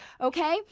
okay